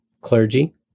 clergy